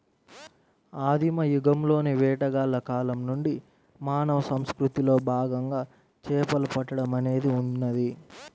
ఆదిమ యుగంలోని వేటగాళ్ల కాలం నుండి మానవ సంస్కృతిలో భాగంగా చేపలు పట్టడం అనేది ఉన్నది